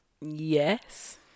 Yes